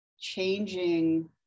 changing